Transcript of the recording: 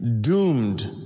doomed